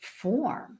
form